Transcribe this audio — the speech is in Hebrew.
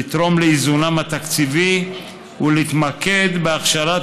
לתרום לאיזונם התקציבי ולהתמקד בהכשרת